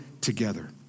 together